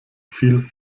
viel